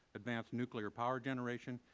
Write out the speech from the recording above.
advanced nuclear power generation,